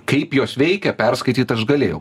kaip jos veikia perskaityt aš galėjau